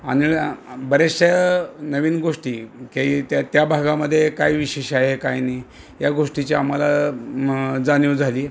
आणि बऱ्याचशा नवीन गोष्टी क त्या त्या भागामध्ये काय विशेष आहे काय नाही या गोष्टीची आम्हाला जाणीव झाली